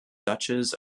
duchess